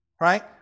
Right